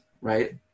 right